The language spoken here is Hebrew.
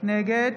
נגד